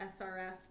SRF